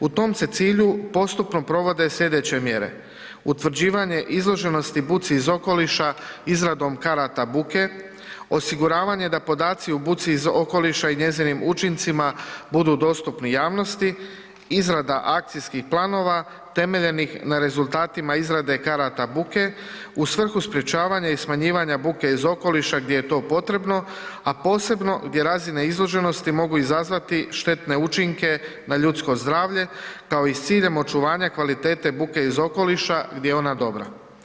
U tom se cilju postupno provode sljedeće mjere, utvrđivanje izloženosti buci iz okoliša izradom karata buke, osiguravanje da podaci o buci iz okoliša i njezinim učincima budu dostupni javnosti, izrada akcijskih planova temeljenim na rezultatima izrade karata buke, u svrhu sprečavanja i smanjivanja buke iz okoliša, gdje je to potrebno, a posebno gdje razine izloženosti mogu izazvati štetne učinke na ljudsko zdravlje, kao i s ciljem očuvanja kvalitete buke iz okoliša, gdje je ona dobra.